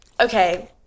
okay